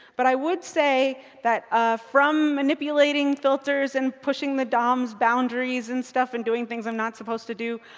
but i would say that from manipulating filters and pushing the dom's boundaries and stuff and doing things i'm not supposed to do,